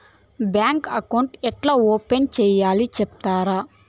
Bank account ఏ ఎట్లా open సేయాలి సెప్తారా?